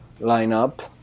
lineup